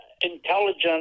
intelligent